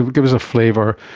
give us a flavour,